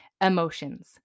emotions